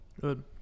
Good